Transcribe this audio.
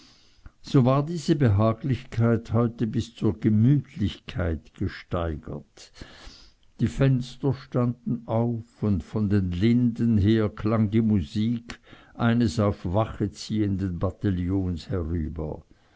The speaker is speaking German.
so war diese behaglichkeit heute bis zur gemütlichkeit gesteigert die fenster standen auf und von den linden her klang die musik eines auf wache ziehenden bataillons herüber